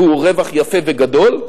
והוא רווח יפה וגדול,